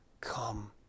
Come